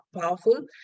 powerful